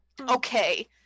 Okay